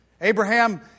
Abraham